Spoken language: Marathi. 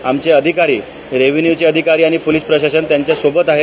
आमचे अधिकारी रेव्हेन्यूचे अधिकारी आणि पोलिस प्रशासन त्यांच्या सोबत आहे